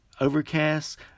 Overcast